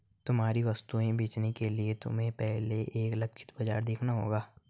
तुम्हारी वस्तुएं बेचने के लिए तुम्हें पहले एक लक्षित बाजार देखना होगा